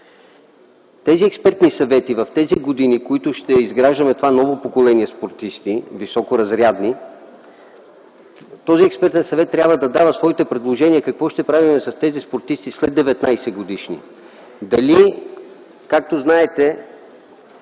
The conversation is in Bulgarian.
Тези експертни съвети в тези години, в които ще изграждаме това ново поколение спортисти – високо разрядни, този Експертен съвет трябва да дава своите предложения какво ще правим с тези 19- годишни спортисти. Както знаете,